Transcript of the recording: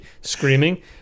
screaming